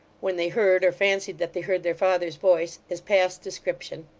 when they heard, or fancied that they heard, their father's voice, is past description.